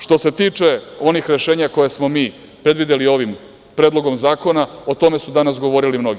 Što se tiče onih rešenja koja smo mi predvideli ovim predlogom zakona, o tome su govorili mnogi.